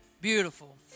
beautiful